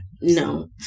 No